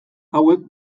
hauek